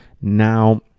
now